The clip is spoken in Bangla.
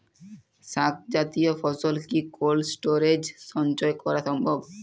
শাক জাতীয় ফসল কি কোল্ড স্টোরেজে সঞ্চয় করা সম্ভব?